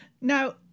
now